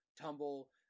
tumble